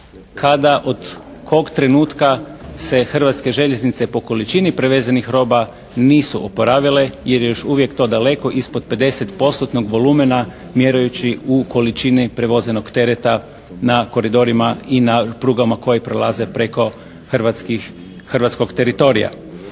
kada, od kog trenutka se Hrvatske željeznice po količini prevezenih roba nisu oporavile jer je još uvijek to daleko ispod 50-postotnog volumena mjereći u količini prevozenog tereta na koridorima i na prugama koje prelaze preko hrvatskih, hrvatskog teritorija.